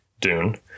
Dune